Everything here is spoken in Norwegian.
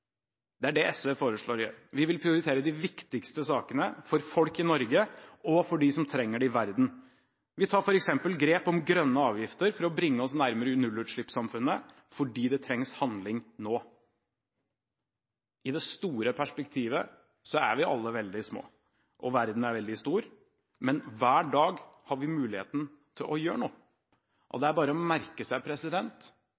Det er det SV foreslår. Vi vil prioritere de viktigste sakene for folk i Norge og for andre i verden som trenger at vi gjør det. Vi tar f.eks. grep for grønne avgifter for å bringe oss nærmere nullutslippssamfunnet, fordi det trengs handling nå. I det store perspektivet er vi alle veldig små, og verden er veldig stor. Men hver dag har vi muligheten til å gjøre noe. Og